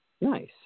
Nice